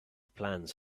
plans